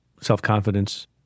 self-confidence